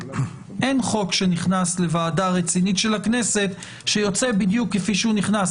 אין חוק שנכנס לוועדה רצינית של הכנסת שיוצא בדיוק כפי שהוא נכנס,